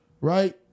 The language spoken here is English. right